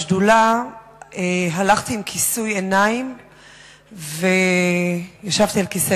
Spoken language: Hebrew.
בשדולה הלכתי עם כיסוי עיניים וישבתי על כיסא